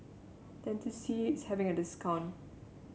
Dentiste is having a discount